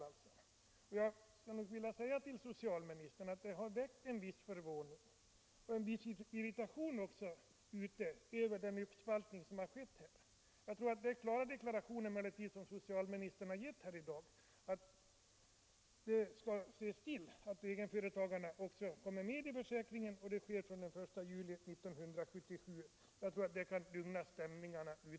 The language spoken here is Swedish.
Jag vill säga till socialministern att det har uppstått en viss förvåning och också irritation över den uppspaltning som skett. Jag tror emellertid att den klara deklaration som socialministern har givit här i dag — att egenföretagarna också kommer med i försäkringen och att det sker från den 1 juli 1977 — skall kunna lugna stämningarna.